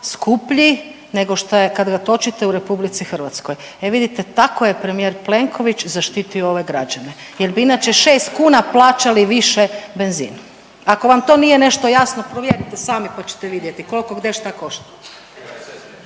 skuplji nego kad ga točite u RH, e vidite tako je premijer Plenković zaštitio ove građane jer bi inače šest kuna plaćali više benzin. Ako vam to nije nešto jasno provjerite sami pa ćete vidjeti kolko gde šta košta.